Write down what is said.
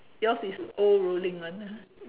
yours is old ruling one